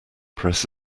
press